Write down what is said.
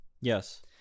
Yes